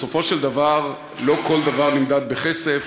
בסופו של דבר לא כל דבר נמדד בכסף.